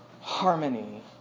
harmony